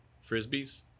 Frisbee's